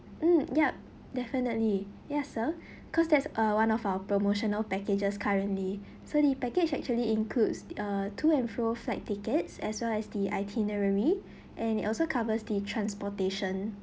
mm yup definitely ya sir cause that's uh one of our promotional packages currently so the package actually includes uh to and fro flight tickets as well as the itinerary and it also covers the transportation